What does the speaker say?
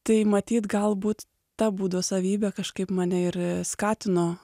tai matyt galbūt ta būdo savybė kažkaip mane ir skatino